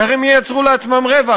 איך הם ייצרו לעצמם רווח?